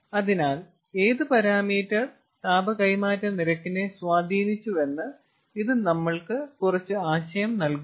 അതിനാൽ ഏത് പാരാമീറ്റർ താപ കൈമാറ്റ നിരക്കിനെ സ്വാധീനിച്ചുവെന്ന് ഇത് നമ്മൾക്ക് കുറച്ച് ആശയം നൽകുന്നു